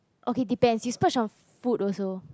okay depends you splurge on food also